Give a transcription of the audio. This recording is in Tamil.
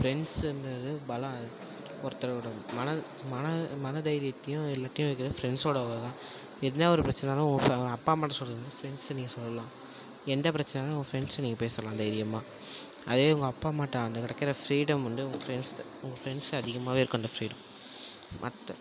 ஃப்ரண்ட்ஸ்சுங்றது பலம் ஒருத்தரோடய மன மன மன தைரியத்தியும் எல்லாத்தையும் இது ஃப்ரண்ட்ஸ்சோடு தான் என்ன ஒரு பிரச்சனைனாலும் அவங்க அப்பா அம்மாகிட்ட சொல்லணும் ஃப்ரண்ட்ஸ் நீங்கள் சொல்லாம் எந்த பிரச்சனைனாலும் உங்கள் ஃப்ரண்ட்ஸ் நீங்கள் பேசலாம் தைரியமாக அதே உங்கள் அப்பா அம்மாகிட்ட அங்கே கெடைக்கிற ஃப்ரீடம் வந்து உங்கள் ஃப்ரண்ட்ஸ்கிட்ட உங்கள் ஃப்ரண்ட்ஸ்கிட்ட அதிகமாகவே இருக்கும் அந்த ஃப்ரீடம் மற்ற